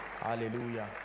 hallelujah